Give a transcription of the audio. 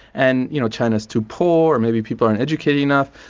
and you know, china's too poor, maybe people aren't educated enough,